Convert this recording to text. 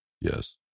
yes